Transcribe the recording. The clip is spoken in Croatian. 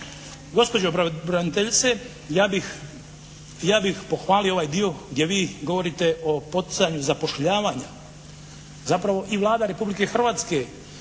Gospođo pravobraniteljice, ja bih pohvalio ovaj dio gdje vi govorite o poticanju zapošljavanja. Zapravo i Vlada Republike Hrvatske